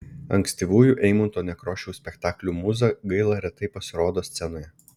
ankstyvųjų eimunto nekrošiaus spektaklių mūza gaila retai pasirodo scenoje